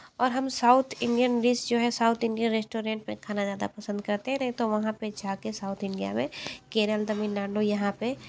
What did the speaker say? और हम south Indian dish जो है साउथ इंडियन रेस्टोरेंट में खाना ज़्यादा पसंद करते हैं नहीं तो वहाँ पे जा के साउथ इंडिया में केरल तमिलनाडु यहाँ पे